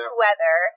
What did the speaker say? weather